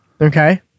Okay